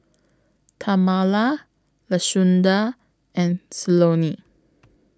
Tamala Lashunda and Cleone